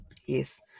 Yes